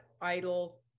Idle